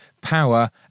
power